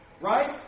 Right